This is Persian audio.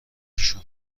شون